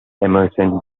emerson